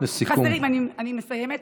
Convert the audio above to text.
אני מסיימת,